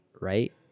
right